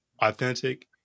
authentic